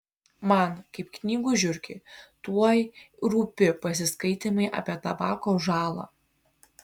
man kaip knygų žiurkei tuoj rūpi pasiskaitymai apie tabako žalą